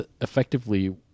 effectively